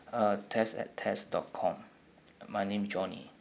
uh test at test dot com my name johnny